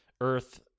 Earth